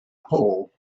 pull